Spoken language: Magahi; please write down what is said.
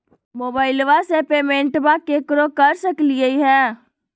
मोबाइलबा से पेमेंटबा केकरो कर सकलिए है?